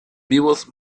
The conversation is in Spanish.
vivos